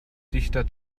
dichter